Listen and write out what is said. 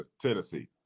Tennessee